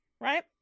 right